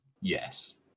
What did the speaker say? Yes